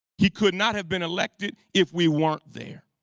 he could not have been elected if we weren't there.